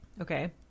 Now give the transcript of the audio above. Okay